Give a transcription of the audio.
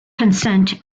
consent